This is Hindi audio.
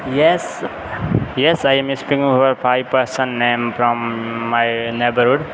yes yes I am speaking five person name from my neighbourhood